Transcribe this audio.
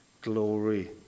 glory